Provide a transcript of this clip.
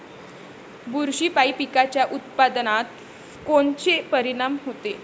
बुरशीपायी पिकाच्या उत्पादनात कोनचे परीनाम होते?